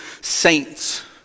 saints